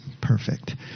perfect